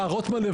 רוטמן.